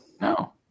No